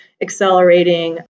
accelerating